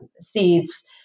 seeds